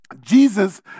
Jesus